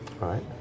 right